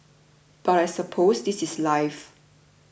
but I suppose this is life